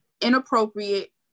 inappropriate